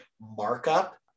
markup